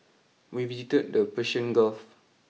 we visited the Persian Gulf